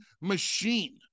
machine